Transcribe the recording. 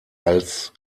als